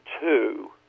two